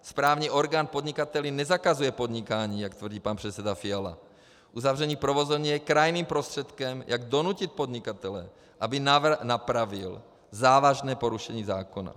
Správní orgán podnikateli nezakazuje podnikání, jak tvrdí pan předseda Fiala, uzavření provozovny je krajním prostředkem, jak donutit podnikatele, aby napravil závažné porušení zákona.